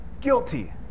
guilty